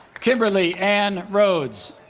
kimberly ann rhodes